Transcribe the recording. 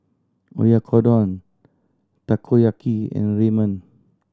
Oyakodon Takoyaki and Ramen